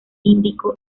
índico